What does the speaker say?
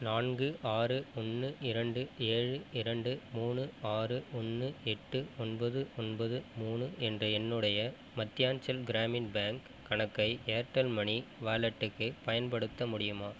நான்கு ஆறு ஒன்னு இரண்டு ஏழு இரண்டு மூணு ஆறு ஒன்னு எட்டு ஒன்பது ஒன்பது மூணு என்ற என்னுடைய மத்தியான்ச்சல் கிராமின் பேங்க் கணக்கை ஏர்டெல் மனி வாலெட்டுக்கு பயன்படுத்த முடியுமா